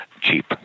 cheap